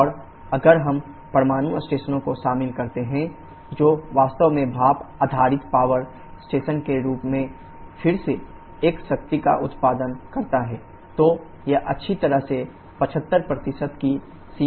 और अगर हम परमाणु स्टेशनों को शामिल करते हैं जो वास्तव में भाप आधारित पवर स्टेशन के रूप में फिर से एक शक्ति का उत्पादन करता है तो यह अच्छी तरह से 75 की सीमा में जा सकता है